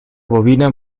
bovina